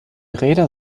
räder